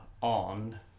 on